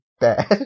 bad